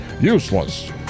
useless